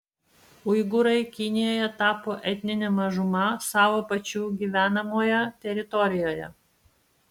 uigūrai kinijoje tapo etnine mažuma savo pačių gyvenamoje teritorijoje